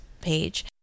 page